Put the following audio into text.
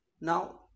Now